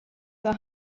der